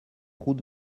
route